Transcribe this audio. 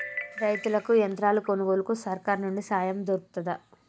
రైతులకి యంత్రాలు కొనుగోలుకు సర్కారు నుండి సాయం దొరుకుతదా?